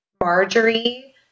Marjorie